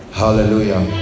hallelujah